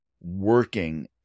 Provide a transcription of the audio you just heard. working